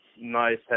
nice